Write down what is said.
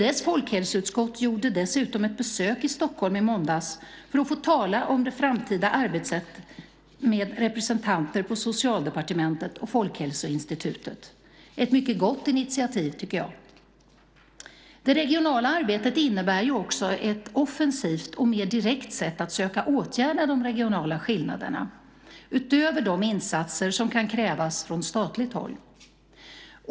Dess folkhälsoutskott gjorde dessutom ett besök i Stockholm i måndags för att få tala om framtida arbetssätt med representanter för Socialdepartementet och Folkhälsoinstitutet - ett mycket gott initiativ, tycker jag. Det regionala arbetet innebär också ett offensivt och mer direkt sätt att söka åtgärda de regionala skillnaderna utöver de insatser som kan krävas från statligt håll.